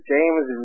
James